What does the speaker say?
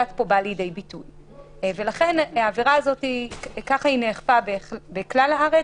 ככה העברה הזאת נאכפה בכלל הארץ,